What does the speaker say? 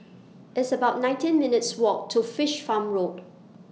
It's about nineteen minutes' Walk to Fish Farm Road